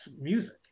music